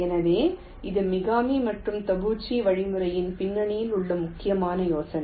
எனவே இது மிகாமி மற்றும் தபுச்சி வழிமுறையின் பின்னணியில் உள்ள முக்கியமான யோசனை